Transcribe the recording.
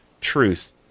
truth